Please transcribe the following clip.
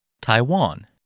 Taiwan